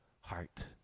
heart